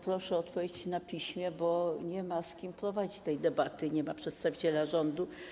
Proszę o odpowiedź na piśmie, bo nie ma z kim prowadzić tej debaty, nie ma przedstawiciela rządu.